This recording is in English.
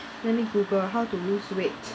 let me Google how to lose weight